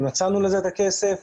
ומצאנו לזה את הכסף.